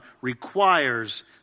Requires